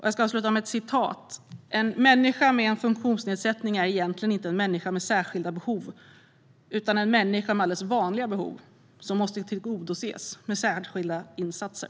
Jag ska avsluta med ett citat: En människa med en funktionsnedsättning är egentligen inte en människa med särskilda behov utan en människa med alldeles vanliga behov som måste tillgodoses med särskilda insatser.